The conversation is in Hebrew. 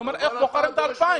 אני שואל איך בוחרים את ה-2,000.